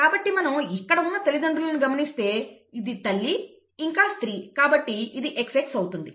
కాబట్టి మనం ఇక్కడ ఉన్న తల్లిదండ్రులను గమనిస్తే ఇది తల్లి ఇంకా స్త్రీ కాబట్టి ఇది XX అవుతుంది